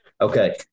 Okay